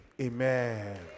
Amen